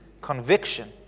conviction